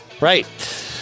right